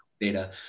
data